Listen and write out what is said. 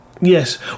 Yes